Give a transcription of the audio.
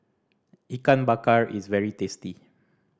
Ikan Bakar is very tasty